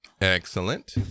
Excellent